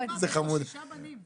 איזה עלויות יש למעסיקים?